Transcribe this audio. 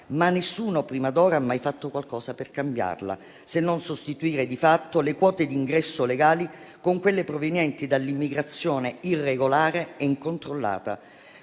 ma nessuno prima d'ora ha mai fatto qualcosa per cambiarla, se non sostituire, di fatto, le quote d'ingresso legali con quelle provenienti dall'immigrazione irregolare e incontrollata.